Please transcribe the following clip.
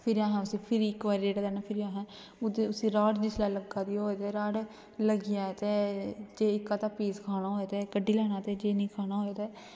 फिर असें उसी इक्क बारी रेड़ा देना ते फिर उसी राड़ दी सेक लग्गा दी होऐ ते राड़ लग्गी जाए ते जे इक्क अद्धा पीस खाना होऐ ते कड्ढी लैना नेईं ते